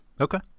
Okay